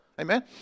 Amen